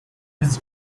his